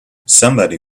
somebody